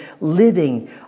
living